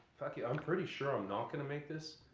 fuck you, i'm pretty sure i'm not going to make this,